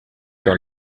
dans